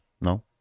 no